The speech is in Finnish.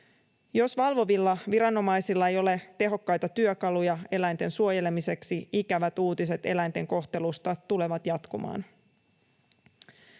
Jos valvovilla viranomaisilla ei ole tehokkaita työkaluja eläinten suojelemiseksi, ikävät uutiset eläinten kohtelusta tulevat jatkumaan.